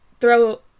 throw